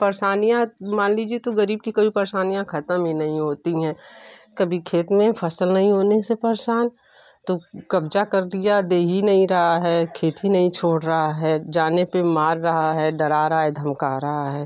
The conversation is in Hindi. परेसानियाँ मान लीजिए तो गरीब की कभी परेशानियाँ ख़त्म ही नहीं होती हैं कभी खेत में फसल नहीं होने से परेशान तो कब्ज़ा कर लिया दे ही नहीं रहा है खेत ही नहीं छोड़ रहा है जाने पर मार रहा है डरा रहा है धमका रहा है